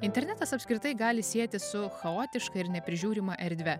internetas apskritai gali sietis su chaotiška ir neprižiūrima erdve